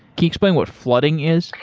you explain what flooding is?